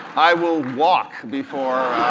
i will walk before